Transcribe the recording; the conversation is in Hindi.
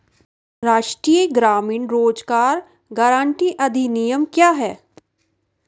राष्ट्रीय ग्रामीण रोज़गार गारंटी अधिनियम क्या है?